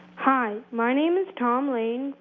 hi. my name is tom lee,